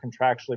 contractually